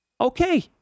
Okay